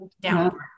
down